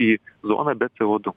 į zoną be c o du